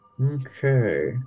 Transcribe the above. Okay